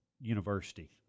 university